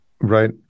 Right